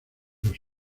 los